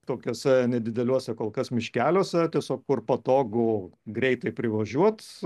tokiuose nedideliuose kol kas miškeliuose tiesiog kur patogu greitai privažiuot